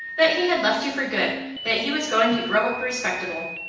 that he had left you for good that he was going to grow up respectable!